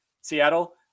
Seattle